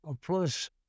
plus